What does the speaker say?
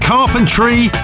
Carpentry